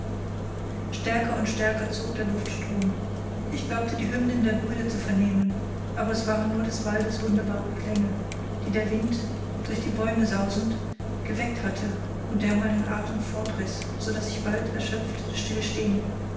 stärker und stärker zog der luftstrom ich glaubte die hymnen der brüder zu vernehmen aber es waren nur des waldes wunderbare klänge die der wind durch die bäume sausend geweckt hatte und der meinen atem fortriß so daß ich bald erschöpft